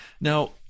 Now